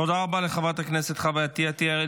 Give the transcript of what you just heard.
תודה רבה לחברת הכנסת חוה אתי עטייה.